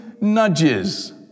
nudges